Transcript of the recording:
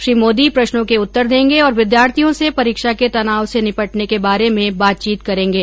श्री मोदी प्रश्नों के उत्तर देंगे और विद्यार्थियों से परीक्षा के तनाव से निपटने के बारे में बातचीत करेंगे